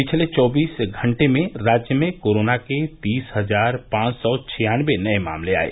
पिछले चौबीस घंटे में राज्य में कोरोना के तीस हजार पांच सौ छियान्नबे नये मामले आये